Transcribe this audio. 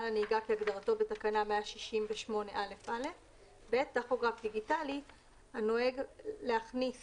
הנהיגה כהגדרתו בתקנה 168א(א) ; (ב) טכוגרף דיגיטלי- הנוהג הכניס